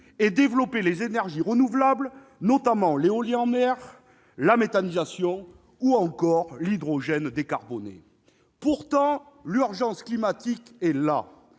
et développer les énergies renouvelables, notamment l'éolien en mer, la méthanisation ou encore l'hydrogène décarboné ? L'urgence climatique est